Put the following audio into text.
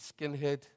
skinhead